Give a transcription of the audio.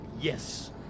yes